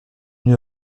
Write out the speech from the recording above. une